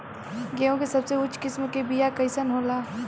गेहूँ के सबसे उच्च किस्म के बीया कैसन होला?